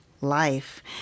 life